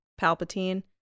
Palpatine